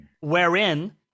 wherein